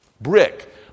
Brick